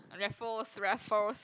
Raffles Raffles